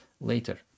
later